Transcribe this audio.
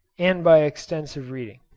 and by extensive reading.